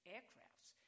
Aircrafts